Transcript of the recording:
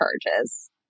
charges